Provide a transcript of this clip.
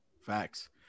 Facts